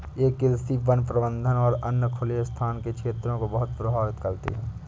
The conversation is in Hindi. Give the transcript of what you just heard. ये कृषि, वन प्रबंधन और अन्य खुले स्थान के क्षेत्रों को बहुत प्रभावित करते हैं